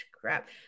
crap